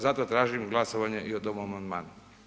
Zato tražim glasovanje i o tom amandmanu.